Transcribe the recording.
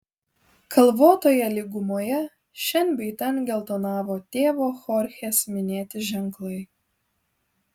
kalvotoje lygumoje šen bei ten geltonavo tėvo chorchės minėti ženklai